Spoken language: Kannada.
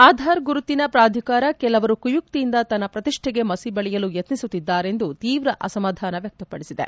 ಆಧಾರ್ ಗುರುತಿನ ಪ್ರಾಧಿಕಾರ ಕೆಲವರು ಕುಯುಕ್ತಿಯಿಂದ ತನ್ನ ಪ್ರತಿಷ್ಣೆಗೆ ಮಸಿ ಬಳಿಯಲು ಯತ್ನಿಸುತ್ತಿದ್ದಾರೆಂದು ತೀವ್ರ ಅಸಮಾಧಾನ ವ್ಯಕ್ತಪಡಿಸಿದೆ